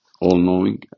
all-knowing